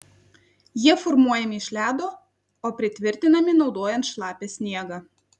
jie formuojami iš ledo o pritvirtinami naudojant šlapią sniegą